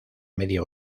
media